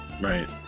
Right